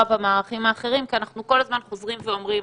במערכים האחרים כי אנחנו כל הזמן חוזרים ואומרים,